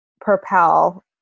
propel